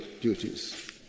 duties